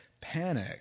panic